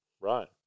Right